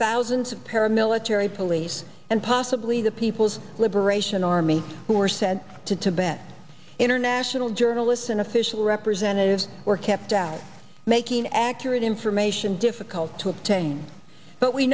thousands of paramilitary police and possibly the people's liberation army who were sent to tibet international journalists and official representatives were kept out making accurate information difficult to obtain but we